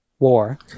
war